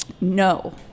No